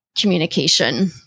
communication